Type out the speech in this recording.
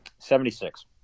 Seventy-six